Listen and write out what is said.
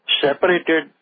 separated